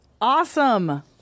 awesome